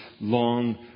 long